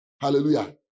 Hallelujah